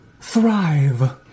thrive